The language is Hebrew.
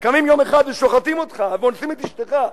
קמים יום אחד ושוחטים אותך ואונסים את אשתך,